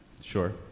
Sure